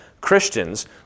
Christians